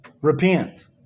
repent